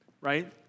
right